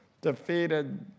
defeated